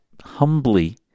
humbly